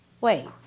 Wait